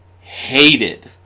hated